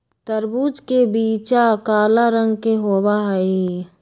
तरबूज के बीचा काला रंग के होबा हई